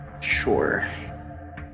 Sure